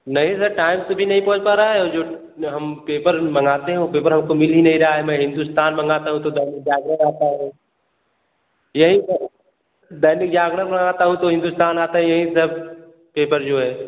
नहीं sir time से भी नहीं पहुँच पा रहा है जो हम पेपर मंगाते हैं वह हम को मिल ही नहीं रहा है मैं हिन्दुस्तान मंगाता हूँ तो दैनिक जागरण आता है यही सर दैनिक जागरण मांगता हूँ तो हिन्दुस्तान आता है यही सब पेपर जो है